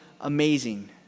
amazing